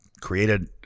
created